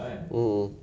mm